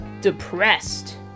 depressed